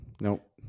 Nope